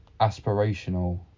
aspirational